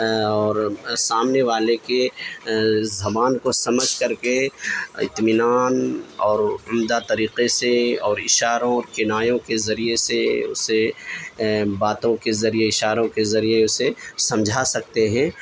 اور سامنے والے کے زبان کو سمجھ کر کے اطمینان اور عمدہ طریقے سے اور اشاروں کنایوں کے ذریعے سے سے باتوں کے ذریعے اشاروں کے ذریعے سے سمجھا سکتے ہیں